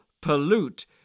pollute